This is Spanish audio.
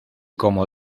como